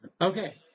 Okay